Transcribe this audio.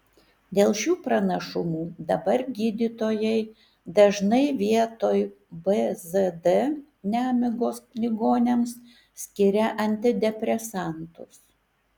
dėl šių pranašumų dabar gydytojai dažnai vietoj bzd nemigos ligoniams skiria antidepresantus